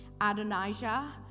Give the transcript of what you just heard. Adonijah